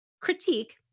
critique